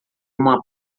uma